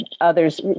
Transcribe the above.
others